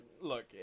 look